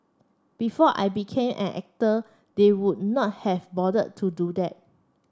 before I became an actor they would not have bothered to do that